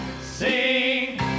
sing